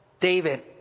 David